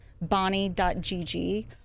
bonnie.gg